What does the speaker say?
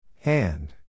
Hand